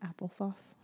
Applesauce